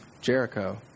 Jericho